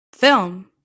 Film